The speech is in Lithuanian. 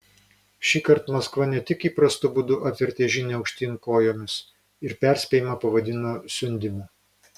šįkart maskva ne tik įprastu būdu apvertė žinią aukštyn kojomis ir perspėjimą pavadino siundymu